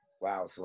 wow